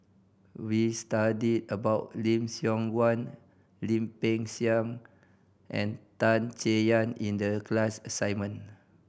We studied about Lim Siong Guan Lim Peng Siang and Tan Chay Yan in the class assignment